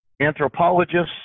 anthropologists